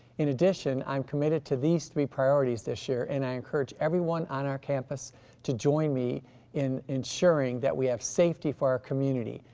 in addition, i'm committed to these three priorities this year and i encourage everyone on our campus to join me in ensuring that we have safety for our community,